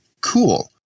cool